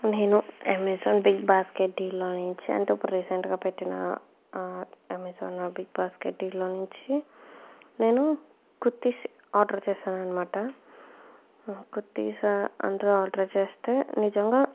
నేను Amazon big basket deal లో నుంచి అంటే ఇప్పుడు రీసెంట్ గా పెట్టిన అమెజాన్ బిగ్ బాస్కెట్ డీల్ లో నుంచి నేను కుర్తిస్ ఆర్డర్ చేశాననమాట ఆ కుర్తిస్ అందులో ఆర్డర్ చేస్తే నిజంగా